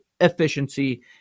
efficiency